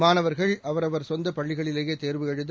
மாணவர்கள் அவரவர் சொந்தப் பள்ளிகளிலேயே தேர்வு எழுத